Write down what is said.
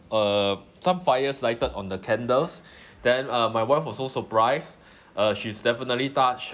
um some fires lighted on the candles then uh my wife was so surprised uh she's definitely touched